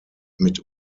mit